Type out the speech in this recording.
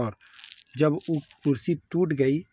और जब उ कुर्सी टूट गई